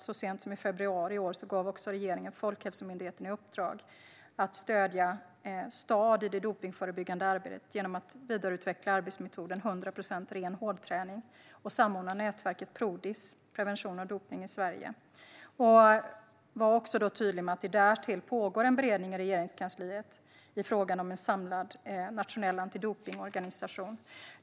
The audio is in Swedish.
Så sent som i februari år gav regeringen Folkhälsomyndigheten i uppdrag att stödja STAD i det dopningsförebyggande arbetet genom att vidareutveckla arbetsmetoden 100 % ren hårdträning och samordna nätverket Prodis, Prevention av dopning i Sverige. Gabriel Wikström var också tydlig med att det därtill pågår en beredning i Regeringskansliet i fråga om en samlad nationell antidopningsorganisation.